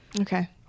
okay